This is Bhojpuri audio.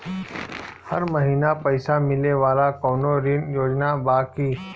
हर महीना पइसा मिले वाला कवनो ऋण योजना बा की?